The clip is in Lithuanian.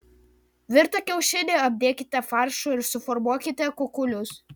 virtą kiaušinį apdėkite faršu ir suformuokite kukulius